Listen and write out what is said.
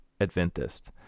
Adventist